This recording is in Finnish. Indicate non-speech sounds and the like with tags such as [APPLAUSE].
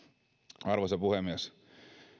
[UNINTELLIGIBLE] arvoisa puhemies